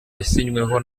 yasinyweho